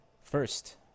First